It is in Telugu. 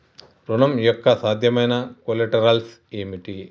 ఋణం యొక్క సాధ్యమైన కొలేటరల్స్ ఏమిటి?